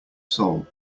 soul